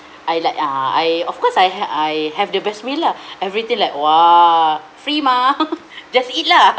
I like uh I of course I had I have the best meal lah everything like !wah! free mah just eat lah